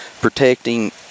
protecting